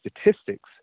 statistics